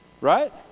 Right